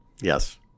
Yes